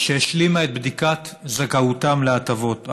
שהשלימה את בדיקת זכאותם להטבות.